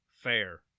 fair